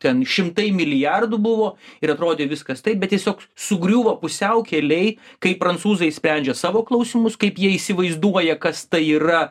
ten šimtai milijardų buvo ir atrodė viskas taip bet tiesiog sugriuvo pusiaukelėj kai prancūzai sprendžia savo klausimus kaip jie įsivaizduoja kas tai yra